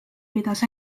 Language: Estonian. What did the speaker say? pidas